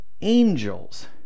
angels